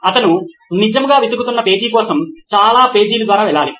అతను నిజంగా వెతుకుతున్న పేజీ కోసం చాలా పేజీల ద్వారా వెళ్ళాలి